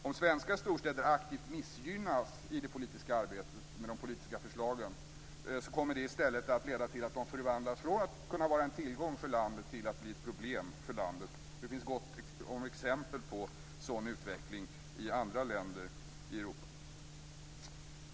Om svenska storstäder aktivt missgynnas i det politiska arbetet med de politiska förslagen kommer det i stället att leda till att de förvandlas från att kunna vara en tillgång för landet till att bli ett problem för landet. Det finns gott om exempel på sådan utveckling i andra länder i Europa.